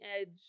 edge